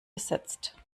besetzt